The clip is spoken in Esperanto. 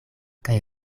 kaj